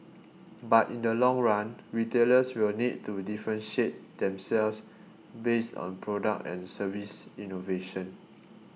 but in the long run retailers will need to differentiate themselves based on product and service innovation